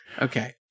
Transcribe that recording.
Okay